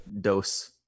dose